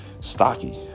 Stocky